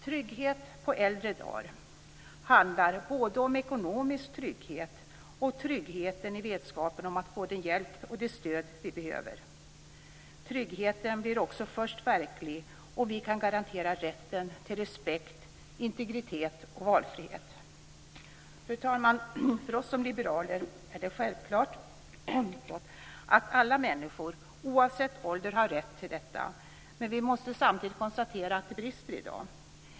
Trygghet på äldre dagar handlar både om ekonomisk trygghet och trygghet i vetskapen om att få den hjälp och det stöd vi behöver. Tryggheten blir också verklig först om vi kan garantera rätten till respekt, integritet och valfrihet. Fru talman! För oss som liberaler är det självklart att alla människor, oavsett ålder, har rätt till detta. Men vi måste samtidigt konstatera att det brister i det.